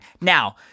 Now